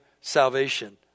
salvation